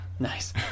nice